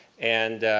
and